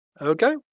Okay